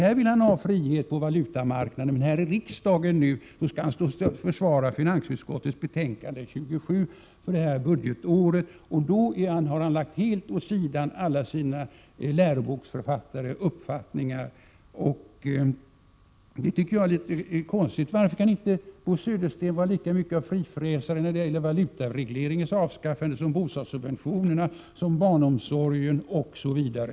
Där vill han ha frihet på valutamarknaden, men här i riksdagen skall han försvara finansutskottets betänkande 27 för detta budgetår, och då har han lagt helt åt sidan alla sina läroboksförfattaruppfattningar, och det tycker jag är konstigt. Varför kan Bo Södersten inte vara lika mycket av frifräsare när det gäller valutaregleringens avskaffande som när det gäller bostadssubventioner och barnsomsorg osv.?